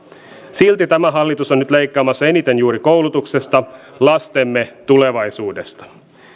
silti tämä hallitus on nyt leikkaamassa eniten juuri koulutuksesta lastemme tulevaisuudesta